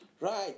Right